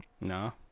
No